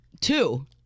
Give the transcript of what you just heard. two